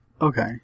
Okay